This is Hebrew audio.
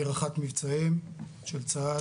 אני רח"ט מבצעים של צה"ל,